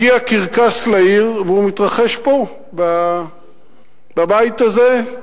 הגיע קרקס לעיר, והוא מתרחש פה, בבית הזה.